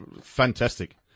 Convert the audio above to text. fantastic